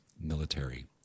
military